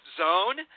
zone